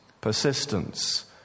Persistence